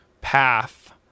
path